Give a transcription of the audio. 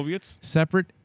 separate